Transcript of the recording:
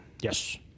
Yes